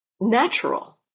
natural